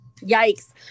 Yikes